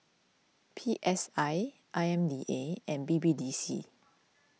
P S I I M D A and B B D C